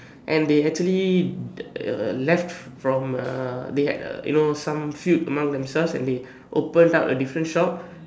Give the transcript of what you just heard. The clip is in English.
and they actually uh left from uh they had uh you know some feud among themselves and they opened up a different shop